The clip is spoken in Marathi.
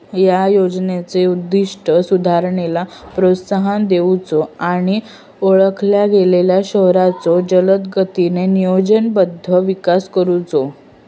या योजनेचो उद्दिष्ट सुधारणेला प्रोत्साहन देऊचो आणि ओळखल्या गेलेल्यो शहरांचो जलदगतीने नियोजनबद्ध विकास करुचो